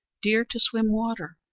deer to swim water,